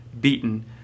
beaten